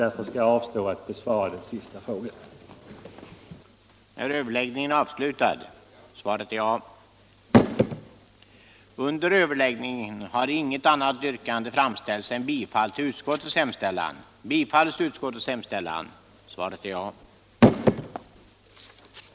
Därför skall jag avstå från att kommentera herr Wachtmeisters senaste exempel.